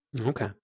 okay